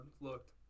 looked